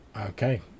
Okay